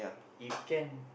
if can